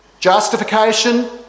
Justification